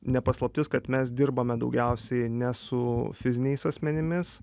ne paslaptis kad mes dirbame daugiausiai ne su fiziniais asmenimis